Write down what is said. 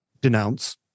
denounce